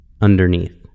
underneath